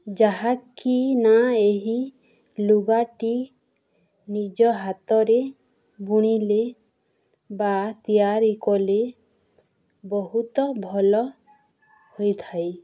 ଯାହାକିନା ଏହି ଲୁଗାଟି ନିଜ ହାତରେ ବୁଣିଲେ ବା ତିଆରି କଲେ ବହୁତ ଭଲ ହୋଇଥାଏ